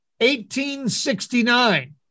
1869